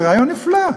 זה רעיון נפלא.